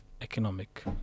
economic